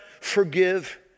forgive